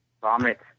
Vomit